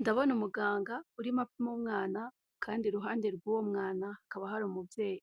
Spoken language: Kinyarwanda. Ndabona umuganga urimo apima umwana kandi iruhande rw'uwo mwana hakaba hari umubyeyi,